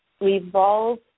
revolve